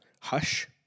Hush